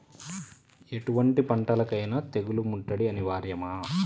ఎటువంటి పంటలకైన తెగులు ముట్టడి అనివార్యమా?